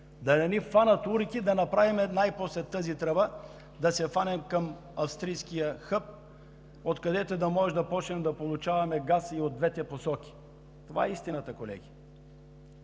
да не ни хванат уроки, да направим най-после тази тръба, да се хванем към австрийския хъб, откъдето да започнем да получаваме газ и от двете посоки. Това е истината, колеги!